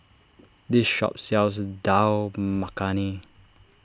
this shop sells Dal Makhani